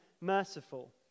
merciful